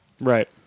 Right